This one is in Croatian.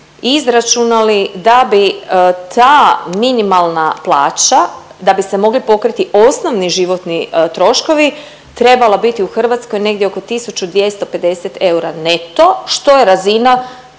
izračunali da bi ta minimalna plaća da bi se mogli pokriti osnovni životni troškovi trebala biti u Hrvatskoj negdje oko 1250 eura neto što je razina